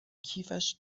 کیفش